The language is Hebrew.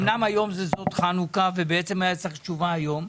אמנם היום זה סוף חנוכה ובעצם היה צריך תשובה היום,